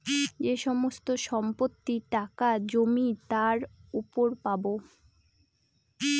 যে সমস্ত সম্পত্তি, টাকা, জমি তার উপর পাবো